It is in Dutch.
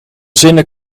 zinnen